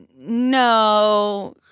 No